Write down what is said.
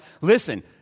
listen